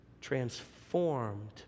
transformed